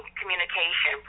communication